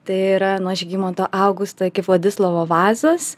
tai yra nuo žygimanto augusto iki vladislovo vazos